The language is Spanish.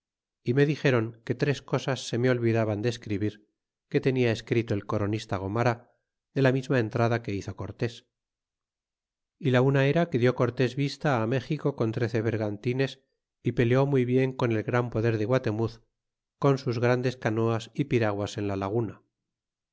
y me dixeron que tres cosas se me olvidaban de escribir que tenia escrito el coronista gomara de la misma entrada que hizo cortés y la una era que diú cortés vista á méxico con trece vergantines y peleó muy bien con el gran poder de guatemuz con sus grandes canoas y piraguas en la laguna